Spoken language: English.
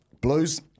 Blues